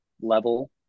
level